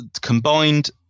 combined